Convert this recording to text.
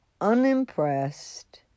unimpressed